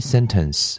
Sentence